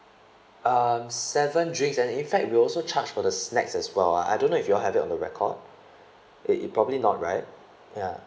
um seven drinks and in fact we also charged for the snacks as well I I don't know if you all have it under record it it probably not right ya